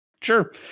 Sure